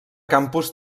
campus